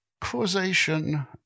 Causation